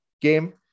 game